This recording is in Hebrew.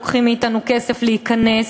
לוקחים מאתנו כסף כדי להיכנס,